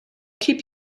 keep